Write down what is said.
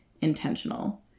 intentional